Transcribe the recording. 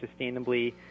sustainably